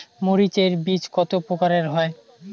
মরিচ এর বীজ কতো প্রকারের হয়?